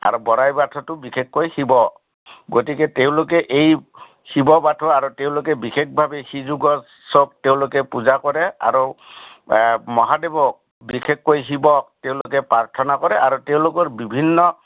আৰু বৰাই বাথৌটো বিশেষকৈ শিৱ গতিকে তেওঁলোকে এই শিৱ বাথৌ আৰু তেওঁলোকে বিশেষভাৱে সিযোগৰ চব তেওঁলোকে পূজা কৰে আৰু মহাদেৱক বিশেষকৈ শিৱক তেওঁলোকে প্ৰাৰ্থনা কৰে আৰু তেওঁলোকৰ বিভিন্ন